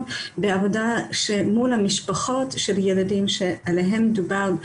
בעובדה מול המשפחות עם הילדים עליהם דובר.